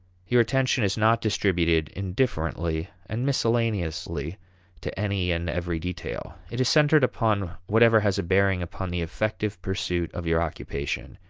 your attention is not distributed indifferently and miscellaneously to any and every detail. it is centered upon whatever has a bearing upon the effective pursuit of your occupation.